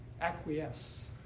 acquiesce